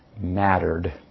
mattered